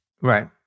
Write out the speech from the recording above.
Right